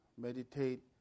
meditate